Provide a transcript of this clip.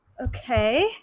Okay